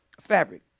fabric